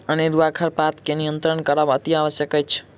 अनेरूआ खरपात के नियंत्रण करब अतिआवश्यक अछि